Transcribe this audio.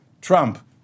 Trump